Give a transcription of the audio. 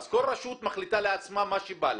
אז כל רשות מחליטה לעצמה מה שבא לה.